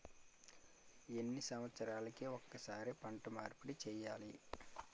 ఎన్ని సంవత్సరాలకి ఒక్కసారి పంట మార్పిడి చేయాలి?